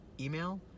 email